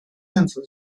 电子